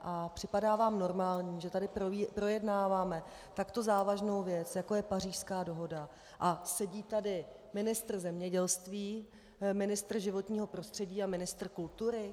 A připadá vám normální, že tady projednáváme takto závažnou věc, jako je Pařížská dohoda, a sedí tady ministr zemědělství, ministr životního prostředí a ministr kultury?